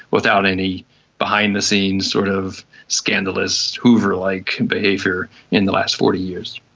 without any behind-the-scenes sort of scandalous hoover-like behaviour in the last forty years.